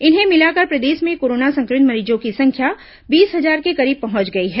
इन्हें मिलाकर प्रदेश में कोरोना संक्रमित मरीजों की संख्या बीस हजार के करीब पहुंच गई है